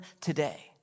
today